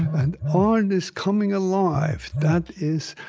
and all this coming alive that is